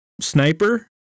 sniper